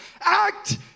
act